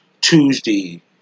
Tuesday